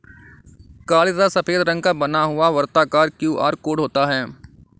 काले तथा सफेद रंग का बना हुआ वर्ताकार क्यू.आर कोड होता है